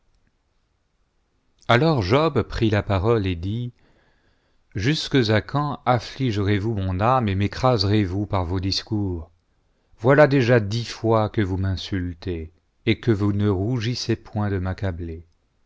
alors job prit la parole et dit jusques à quand affligerez vons mon âme et m'écraserez-vous par vos discours voilà déjà dix fois que vous m'insultez et que vous ne rougissez point de m'accabler